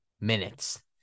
minutes